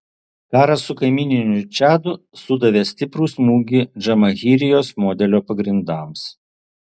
karas su kaimyniniu čadu sudavė stiprų smūgį džamahirijos modelio pagrindams